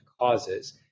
causes